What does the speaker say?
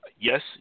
yes